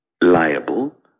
liable